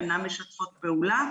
אינן משתפות פעולה,